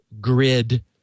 grid